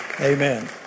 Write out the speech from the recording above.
Amen